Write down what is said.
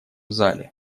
зале